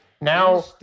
Now